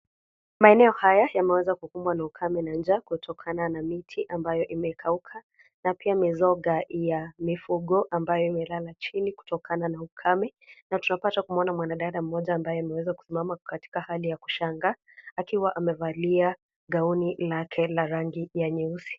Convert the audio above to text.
Maeneo haya yameweza kukumbwa na ukame na niaa kutokana na miti ambayo imekauka na pia mizoga ya mifugo ambayo imelala chini kutokana na ukame na tunapata kumwona mwanadada mmoja ambaye ameweza kusimama katika hali ya kushangaa akiwa amevalia gauni lake la rangi la nyeusi.